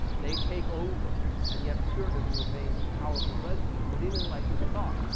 they take over, and yet, puritanism remains a powerful residue within enlightenment thought.